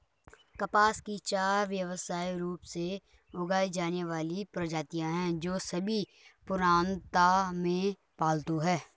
कपास की चार व्यावसायिक रूप से उगाई जाने वाली प्रजातियां हैं, जो सभी पुरातनता में पालतू हैं